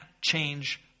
change